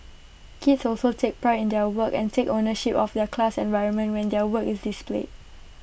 kids also take pride in their work and take ownership of their class environment when their work is displayed